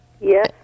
Yes